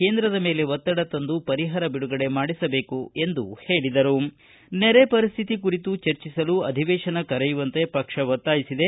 ಕೇಂದ್ರದ ಮೇಲೆ ಒತ್ತಡ ತಂದು ಪರಿಹಾರ ಬಿಡುಗಡೆ ಮಾಡಿಸಬೇಕು ಎಂದು ಹೇಳಿದರು ನೆರೆ ಪರಿಸ್ಥಿತಿ ಕುರಿತು ಚರ್ಚಿಸಲು ಅಧಿವೇಶನ ಕರೆಯುವಂತೆ ಪಕ್ಷ ಒತ್ತಾಯಿಸಿದೆ